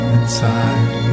inside